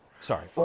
Sorry